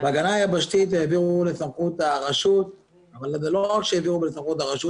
בהגנה היבשתית העבירו לסמכות הרשות אבל זה לא שהעבירו לסמכות הרשות,